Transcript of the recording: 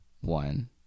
one